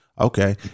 okay